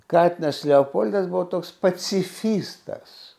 katinas leopoldas buvo toks pacifistas